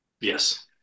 Yes